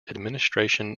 administration